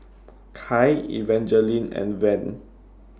Kai Evangeline and Van